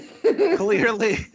clearly